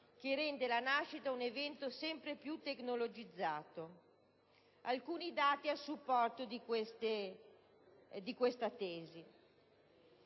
che rende la nascita un evento sempre più tecnologizzato. Cito alcuni dati a supporto di questa tesi: